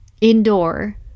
indoor